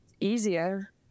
easier